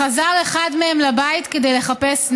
חזר אחד מהם לבית כדי לחפש נשק.